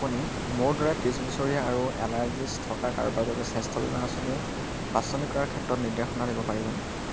আপুনি মোৰ দৰে ত্ৰিছ বছৰীয়া আৰু এলাজিষ্ট থকা কাৰোবাৰ বাবে স্বাস্থ্য বীমা আঁচনি বাছনি কৰাৰ ক্ষেত্ৰত নিৰ্দেশনা দিব পাৰিবনে